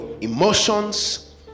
emotions